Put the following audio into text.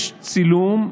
יש צילום,